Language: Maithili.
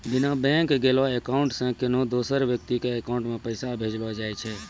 बिना बैंक गेलैं अकाउंट से कोन्हो दोसर व्यक्ति के अकाउंट मे पैसा भेजलो जाय छै